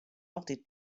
altyd